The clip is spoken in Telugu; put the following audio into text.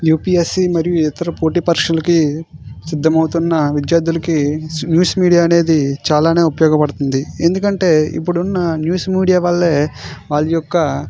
యూపీఎస్సీ మరియు ఇతర పోటీ పరీక్షలకి సిద్ధం అవుతున్న విద్యార్థులకి న్యూస్ మీడియా అనేది చాలానే ఉపయోగపడుతుంది ఎందుకంటే ఇప్పుడున్న న్యూస్ మీడియా వల్లే వాళ్ళ యొక్క